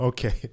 Okay